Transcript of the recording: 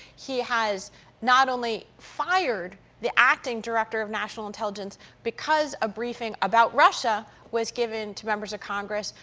he has not only fired the acting director of national intelligence because a briefing about russia was given to members of congress,